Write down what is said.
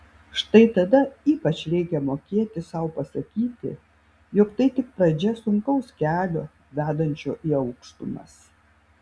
štai tada ypač reikia mokėti sau pasakyti jog tai tik pradžia sunkaus kelio vedančio į aukštumas